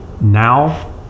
now